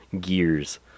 gears